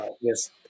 Yes